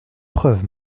preuves